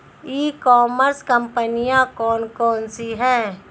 ई commerce कंपनियाँ कौन कौन सी हैं?